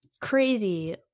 crazy